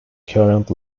current